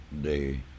day